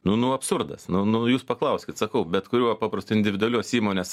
nu nu absurdas nu nu jūs paklauskit sakau bet kuriuo paprastu individualios įmonės